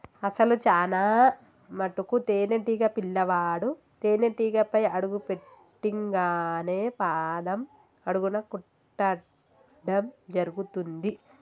అసలు చానా మటుకు తేనీటీగ పిల్లవాడు తేనేటీగపై అడుగు పెట్టింగానే పాదం అడుగున కుట్టడం జరుగుతుంది